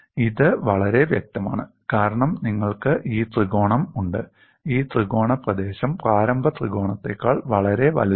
ഇത് വളരെ വ്യക്തമാണ് കാരണം നിങ്ങൾക്ക് ഈ ത്രികോണം ഉണ്ട് ഈ ത്രികോണ പ്രദേശം പ്രാരംഭ ത്രികോണത്തേക്കാൾ വളരെ വലുതാണ്